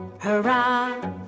hurrah